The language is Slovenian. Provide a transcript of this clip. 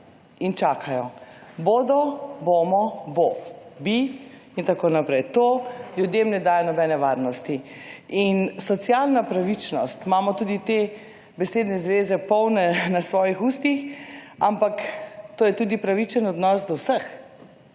in čakajo – bodo, bomo, bo, bi… in tako naprej. To ljudem ne daje nobene varnosti. Socialna pravičnost, tudi te besedne zveze imamo polna usta, ampak to je tudi pravičen odnos do vseh.